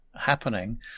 happening